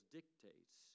dictates